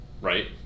Right